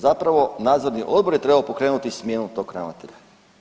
Zapravo nadzorni odbor je trebao pokrenuti smjenu tog ravnatelja.